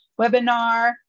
webinar